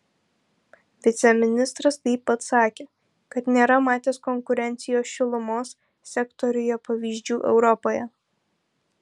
viceministras taip pat sakė kad nėra matęs konkurencijos šilumos sektoriuje pavyzdžių europoje